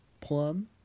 plum